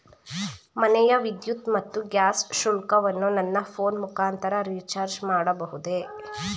ಮನೆಯ ವಿದ್ಯುತ್ ಮತ್ತು ಗ್ಯಾಸ್ ಶುಲ್ಕವನ್ನು ನನ್ನ ಫೋನ್ ಮುಖಾಂತರ ರಿಚಾರ್ಜ್ ಮಾಡಬಹುದೇ?